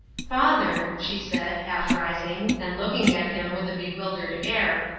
father, she said, half rising, and looking at him with a bewildered air,